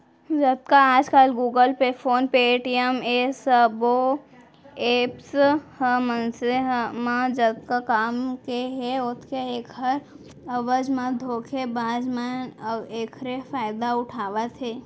जतका आजकल Google Pay, PhonePe, Paytm ए सबो ऐप्स ह मनसे म जतका काम के हे ओतके ऐखर एवज म धोखेबाज मन एखरे फायदा उठावत हे